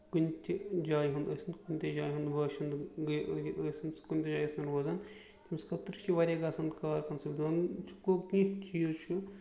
کُنہِ تہِ جایہِ ہُند ٲسِنۍ کُنہِ تہِ جایہِ ہُند باشند آسِنۍ سُہ کُنہِ تہِ جایہِ ٲسِنۍ روزان تٔمِس خٲطٔر چھُ یہِ واریاہ گژھان کار کُن سُہ دۄہن سُہ کینٛہہ چیٖز چھُ